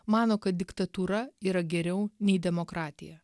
mano kad diktatūra yra geriau nei demokratija